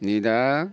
नै दा